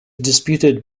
disputed